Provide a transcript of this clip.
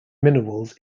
minerals